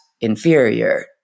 inferior